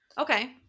Okay